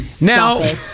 Now